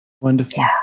Wonderful